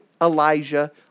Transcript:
Elijah